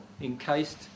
encased